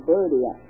Birdie